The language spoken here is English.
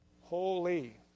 Holy